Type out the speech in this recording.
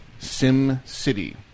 SimCity